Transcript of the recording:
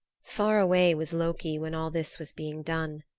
far away was loki when all this was being done.